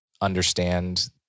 understand